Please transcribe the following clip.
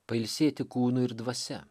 pailsėti kūnu ir dvasia